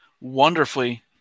wonderfully